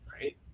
right